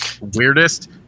Weirdest